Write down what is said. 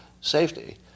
safety